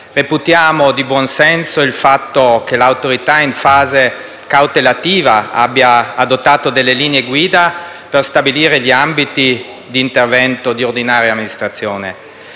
Reputiamo di buon senso il fatto che l'Autorità, in fase cautelativa, abbia adottato delle linee guida per stabilire gli ambiti di intervento di ordinaria amministrazione